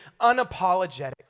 unapologetic